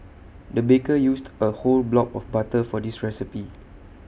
the baker used A whole block of butter for this recipe